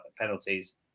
penalties